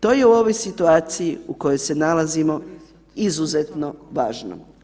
To je u ovoj situaciji u kojoj se nalazimo izuzetno važno.